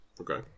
Okay